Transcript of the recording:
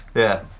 yeah.